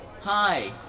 hi